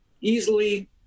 easily